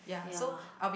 yeah